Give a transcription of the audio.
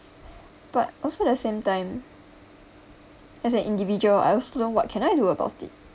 but also the same time as an individual I also learn what can I do about it